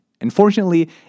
Unfortunately